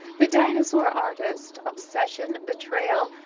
the dinosaur artist obsession, betrayal,